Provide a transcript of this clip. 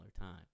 time